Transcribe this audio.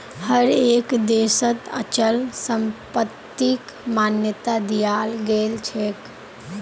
हर एक देशत अचल संपत्तिक मान्यता दियाल गेलछेक